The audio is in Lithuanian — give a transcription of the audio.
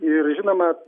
ir žinoma